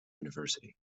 university